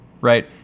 right